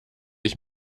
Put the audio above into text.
ich